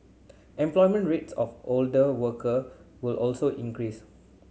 employment rates of older worker will also increase